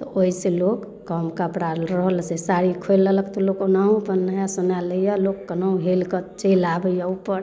तऽ ओइसँ लोक कम कपड़ा रहल से साड़ी खोलि लेलक तऽ लोक ओनाहु अपन नहा सोना लै यऽ लोक केनाहु हेल कऽ चलि आबैए उपर